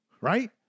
right